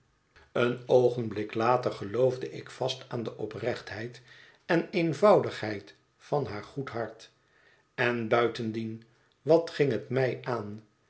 een oogenblik later geloofde ik vast aan de oprechtheid en eenvoudigheid van haar goed hart en buitendien wat ging het mij aan